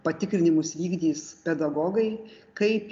patikrinimus vykdys pedagogai kaip